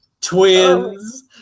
Twins